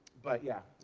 but, yeah,